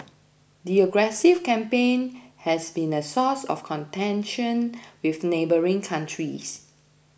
the aggressive campaign has been a source of contention with neighbouring countries